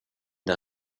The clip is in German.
der